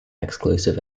exclusive